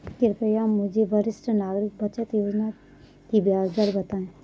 कृपया मुझे वरिष्ठ नागरिक बचत योजना की ब्याज दर बताएँ